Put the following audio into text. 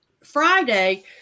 Friday